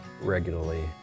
regularly